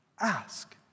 Ask